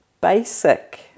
basic